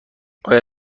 آیا